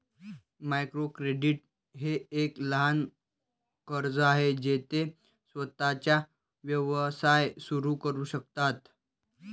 micro credit हे एक लहान कर्ज आहे जे ते स्वतःचा व्यवसाय सुरू करू शकतात